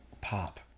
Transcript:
pop